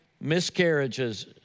miscarriages